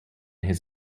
his